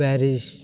Paris